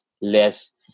less